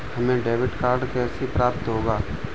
हमें debit card कैसे प्राप्त होगा?